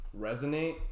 resonate